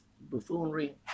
buffoonery